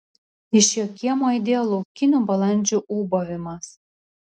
iš jo kiemo aidėjo laukinių balandžių ūbavimas